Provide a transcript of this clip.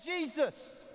Jesus